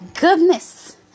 Goodness